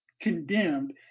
condemned